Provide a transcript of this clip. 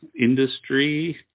industry